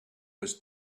was